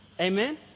Amen